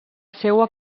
seua